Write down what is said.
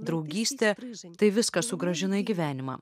draugystė tai viską sugrąžina į gyvenimą